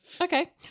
Okay